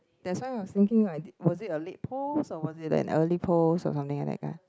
that's why I was thinking right was it a late post or was it an early post or something like that ah